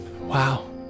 Wow